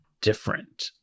different